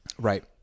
Right